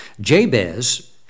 Jabez